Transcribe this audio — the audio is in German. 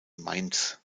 mainz